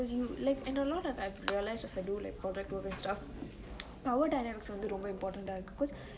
cause you like and a lot of what I realised as you use project work and stuff power dynamics are also important because